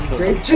great